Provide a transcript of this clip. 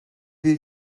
will